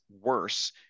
worse